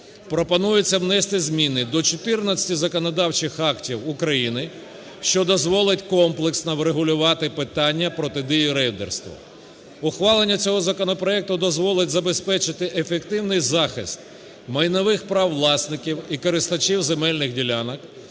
пропонується внести зміни до 14 законодавчих актів України, що дозволить комплексно врегулювати питання протидії рейдерству. Ухвалення цього законопроекту дозволить забезпечити ефективний захист майнових прав власників і користувачів земельних ділянок,